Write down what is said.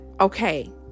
okay